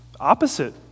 opposite